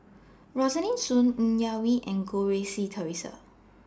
Rosaline Soon Ng Yak Whee and Goh Rui Si Theresa